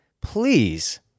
please